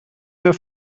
were